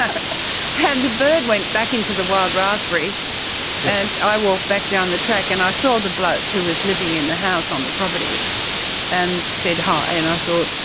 yeah and the bird went back into the wild raspberries and i walked back down the track. and i saw the bloke who was living in the house on the property and said hi, and i thought,